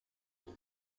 vous